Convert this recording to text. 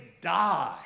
die